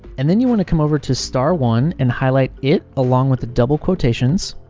and then you want to come over to star one and highlight it, along with the double quotations,